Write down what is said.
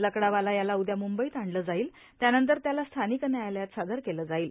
लकडावाला याला उद्या मुंबईत आणलं जाईल त्यानंतर त्याला स्थानिक न्यायालयात सादर केलं जाईल